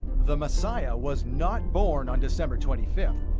the messiah was not born on december twenty fifth,